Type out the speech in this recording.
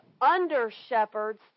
under-shepherds